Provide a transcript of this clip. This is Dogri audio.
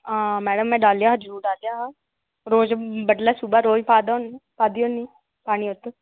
आं मैडम में डालेआ हा जरूर डालेआ हा रोज़ सूबह बडलै पा दा होना पादी ओह्दे च पानी होनी